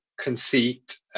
conceit